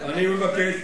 אני מבקש.